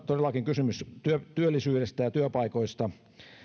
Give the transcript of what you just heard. todellakin kysymys työllisyydestä ja työpaikoista